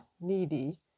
needy